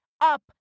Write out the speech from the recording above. up